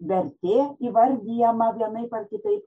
vertė įvardijama vienaip ar kitaip